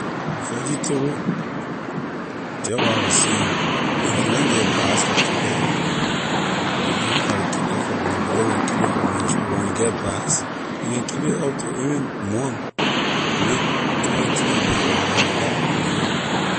Vegetable jeh why I was saying if you na get bass to keep it in you na gatto keep it for long because when you keep it for long it will spoil but when you get bass you can keep it up to even month, week two three week or month like that before.